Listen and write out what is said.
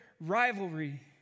rivalry